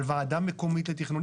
על ועדה מקומית לתכנון.